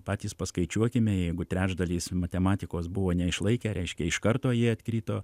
patys paskaičiuokime jeigu trečdalis matematikos buvo neišlaikę reiškia iš karto jie atkrito